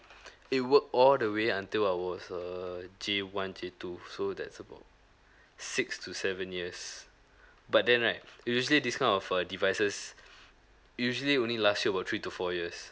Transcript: it work all the way until I was err J one J two so that's about six to seven years but then right it usually this kind of uh devices usually only last you about three to four years